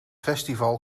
festival